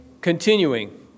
Continuing